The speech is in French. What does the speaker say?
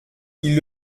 ils